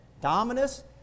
Dominus